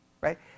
right